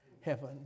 Heaven